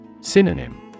Synonym